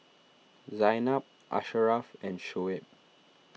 Zaynab Asharaff and Shoaib